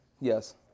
yes